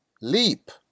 leap